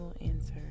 answer